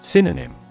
Synonym